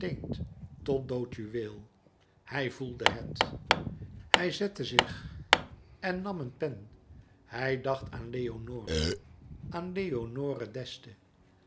tot dood juweel hij voelde het hij zette zich en nam een pen hij dacht aan leonore aan leonore d'este aan